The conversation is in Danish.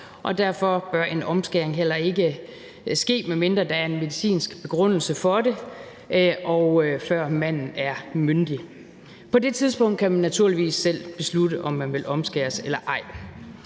derfor bør en omskæring heller ikke ske – medmindre der er en medicinsk begrundelse for det – før manden er myndig. På det tidspunkt kan man naturligvis selv beslutte, om man vil omskæres eller ej.